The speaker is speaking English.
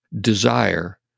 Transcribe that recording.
desire